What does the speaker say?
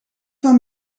van